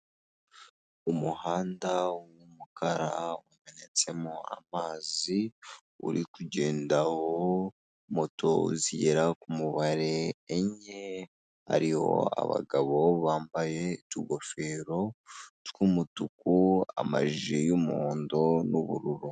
Umuhanda w'umukara ucuritsemo amazi uri kugendaho moto zigera ku mubare enye, hariho abagabo bambaye utugofero tw'umutuku, amajire y'umuhondo n'ubururu.